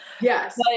Yes